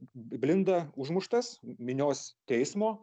blinda užmuštas minios teismo